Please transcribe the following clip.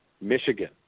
Michigan